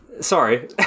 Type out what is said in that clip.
Sorry